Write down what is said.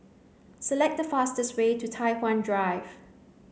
select the fastest way to Tai Hwan Drive